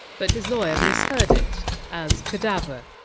but his lawyer misheard it as! cadaver,